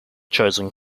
chosen